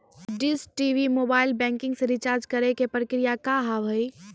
Dish TV mobile banking से recharge करे के प्रक्रिया का हाव हई?